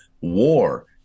war